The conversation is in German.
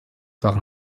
waren